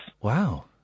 Wow